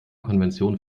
konvention